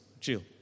Chill